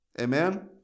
Amen